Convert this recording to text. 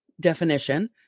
definition